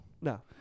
No